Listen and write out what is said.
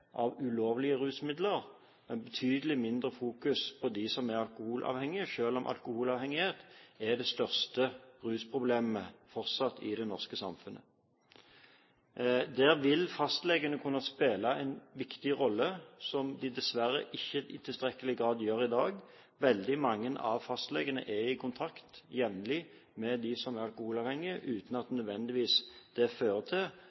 av ulovlige rusmidler, men en betydelig mindre fokusering på dem som er alkoholavhengige, selv om alkoholavhengighet fortsatt er det største rusproblemet i det norske samfunnet. Der vil fastlegene kunne spille en viktig rolle, som de dessverre ikke i tilstrekkelig grad gjør i dag. Veldig mange av fastlegene er jevnlig i kontakt med dem som er alkoholavhengige, uten at det nødvendigvis fører til